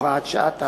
(הוראת שעה),